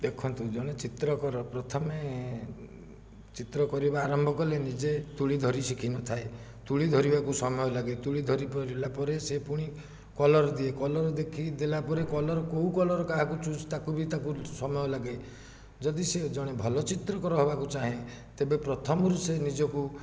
ଦେଖନ୍ତୁ ଜଣେ ଚିତ୍ରକର ପ୍ରଥମେ ଚିତ୍ରକରିବା ଆରମ୍ଭ କଲେ ନିଜେ ତୁଳି ଧରି ଶିଖିନଥାଏ ତୁଳି ଧରିବାକୁ ସମୟ ଲାଗେ ତୁଳି ଧରିପାରିଲା ପରେ ସେ ପୁଣି କଲର ଦିଏ କଲର ଦେଖି ଦେଲାପରେ କଲର କେଉଁ କଲର କାହାକୁ ଚୁଜ ତାକୁ ବି ତାକୁ ସମୟ ଲାଗେ ଯଦି ସେ ଜଣେ ଭଲ ଚିତ୍ରକର ହବାକୁ ଚାହେଁ ତେବେ ପ୍ରଥମରୁ ସେ ନିଜକୁ